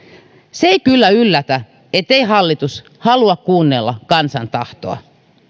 se ei kyllä yllätä ettei hallitus halua kuunnella kansan tahtoa